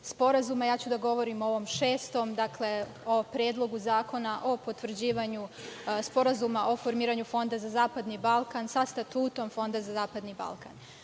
Ja ću da govorim o ovom šestom, dakle o Predlogu zakona o potvrđivanju Sporazuma o formiranju Fonda za zapadni Balkan, sa statutom Fonda za zapadni Balkan. Ovaj